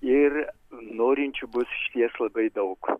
ir norinčių bus išties labai daug